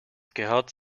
gehört